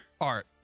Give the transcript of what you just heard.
Art